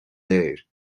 léir